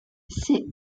six